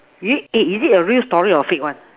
is it eh is it a real story or fake one